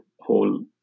whole